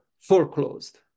foreclosed